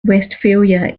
westphalia